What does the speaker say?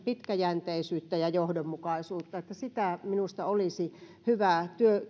pitkäjänteisyyttä ja johdonmukaisuutta sitä minusta olisi hyvä